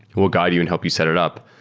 we'll guide you and help you set it up.